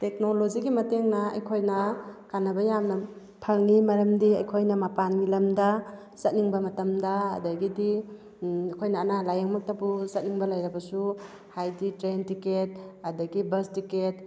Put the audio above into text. ꯇꯦꯛꯅꯣꯂꯣꯖꯤꯒꯤ ꯃꯇꯦꯡꯅ ꯑꯩꯈꯣꯏꯅ ꯀꯥꯟꯅꯕ ꯌꯥꯝꯅ ꯐꯪꯉꯤ ꯃꯔꯝꯗꯤ ꯑꯩꯈꯣꯏꯅ ꯃꯄꯥꯟꯒꯤ ꯂꯝꯗ ꯆꯠꯅꯤꯡꯕ ꯃꯇꯝꯗ ꯑꯗꯒꯤꯗꯤ ꯑꯩꯈꯣꯏꯅ ꯑꯅꯥ ꯂꯥꯏꯌꯦꯡ ꯃꯛꯇꯕꯨ ꯆꯠꯅꯤꯡꯕ ꯂꯩꯔꯕꯁꯨ ꯍꯥꯏꯗꯤ ꯇ꯭ꯔꯦꯟ ꯇꯤꯀꯦꯠ ꯑꯗꯒꯤ ꯕꯁ ꯇꯤꯀꯦꯠ